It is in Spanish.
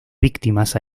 víctimas